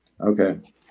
Okay